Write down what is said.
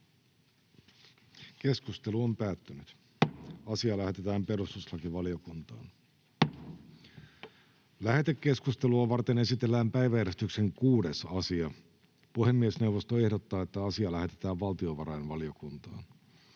eduskunnan kanssa tämän jatkokäsittelyssä. Lähetekeskustelua varten esitellään päiväjärjestyksen 6. asia. Puhemiesneuvosto ehdottaa, että asia lähetetään valtiovarainvaliokuntaan.